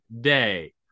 Day